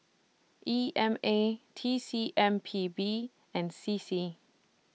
E M A T C M P B and C C